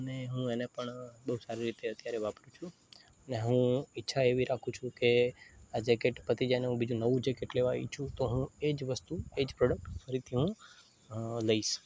અને હું એને પણ બહુ સારી રીતે અત્યારે વાપરું છું અને હું ઈચ્છા એવી રાખું છું કે આ જેકેટ પતી જાય અને હું બીજું નવું જેકેટ લેવા ઈચ્છું તો હું એ જ વસ્તુ એ જ પ્રોડક્ટ ફરીથી હું લઈશ